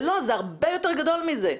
זה הרבה יותר גדול מזה.